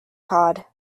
cod